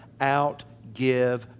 outgive